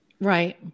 Right